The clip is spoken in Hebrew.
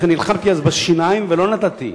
לכן נלחמתי אז, בשיניים, ולא נתתי.